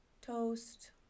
toast